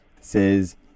says